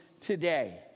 today